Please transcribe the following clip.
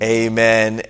amen